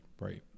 Right